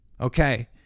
Okay